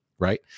right